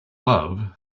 love